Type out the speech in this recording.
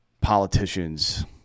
politicians